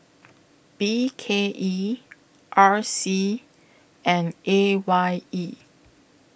B K E R C and A Y E